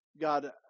God